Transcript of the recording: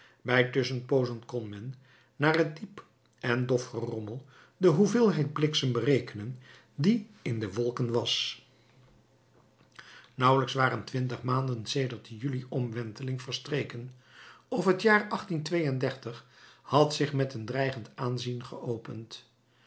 bij tusschenpoozen kon men naar het diep en dof gerommel de hoeveelheid bliksem berekenen die in de wolken was nauwelijks waren twintig maanden sedert de juli omwenteling verstreken of het jaar had zich met een dreigend aanzien geopend